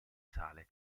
sale